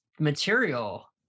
material